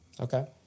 Okay